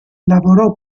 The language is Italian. lavorò